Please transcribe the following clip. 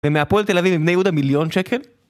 ומהפועל תל אביב עם בני יהודה מיליון שקל